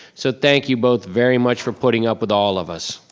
so thank you both very much for putting up with all of us.